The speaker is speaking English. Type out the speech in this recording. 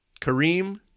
Kareem